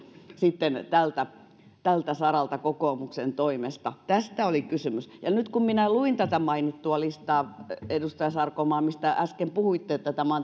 sitten tältä tältä saralta kokoomuksen toimesta tästä oli kysymys ja nyt kun minä luin tätä mainittua listaa edustaja sarkomaa mistä äsken puhuitte että tämä